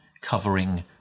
covering